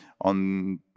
on